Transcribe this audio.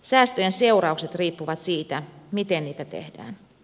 säästöjen seuraukset riippuvat siitä miten niitä tehdään